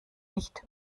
nicht